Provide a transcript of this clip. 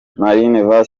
marines